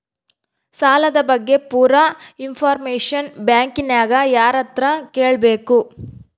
ಸಾಲದ ಬಗ್ಗೆ ಪೂರ ಇಂಫಾರ್ಮೇಷನ ಬ್ಯಾಂಕಿನ್ಯಾಗ ಯಾರತ್ರ ಕೇಳಬೇಕು?